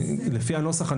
לפי הנוסח,